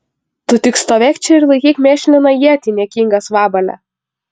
tu tik stovėk čia ir laikyk mėšliną ietį niekingas vabale